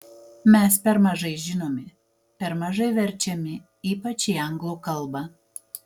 mes per mažai žinomi per mažai verčiami ypač į anglų kalbą